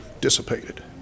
dissipated